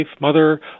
mother